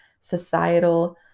societal